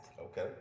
Okay